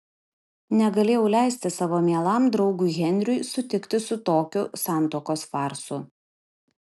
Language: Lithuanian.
negalėjau leisti savo mielam draugui henriui sutikti su tokiu santuokos farsu